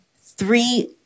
three